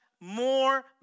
more